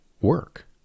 work